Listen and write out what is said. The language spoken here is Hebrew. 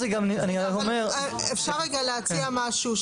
אפשר להציע משהו?